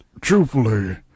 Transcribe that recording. truthfully